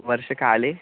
वर्षाकाले